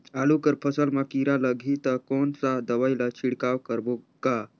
आलू कर फसल मा कीरा लगही ता कौन सा दवाई ला छिड़काव करबो गा?